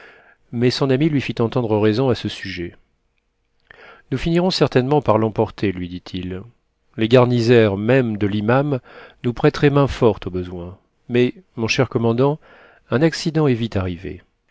mais son ami lui fit entendre raison à ce sujet nous finirons certainement par lemporter lui dit-il les garnisaires mêmes de l'iman nous prêteraient main-forte au besoin mais mon cher commandant un accident est vite arrivé